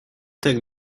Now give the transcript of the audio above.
так